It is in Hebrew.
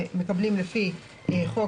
זכאי המשרת לפי החוק,